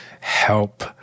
help